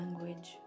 language